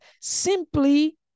Simply